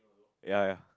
ya ya